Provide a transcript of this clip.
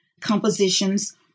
compositions